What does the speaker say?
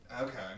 Okay